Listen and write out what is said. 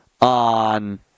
on